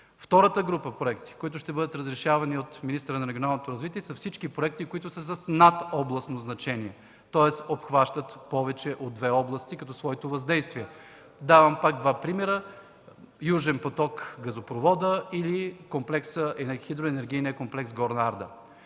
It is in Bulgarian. Втората група проекти, които ще бъдат разрешавани от министъра на регионалното развитие, са всички проекти с надобластно значение, тоест обхващат повече от две области със своето въздействие. Ще дам пак два примера, каквито са газопроводът „Южен поток“ или енергийният комплекс „Горна Арда“.